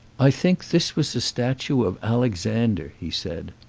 i think this was a statue of alexander, he said.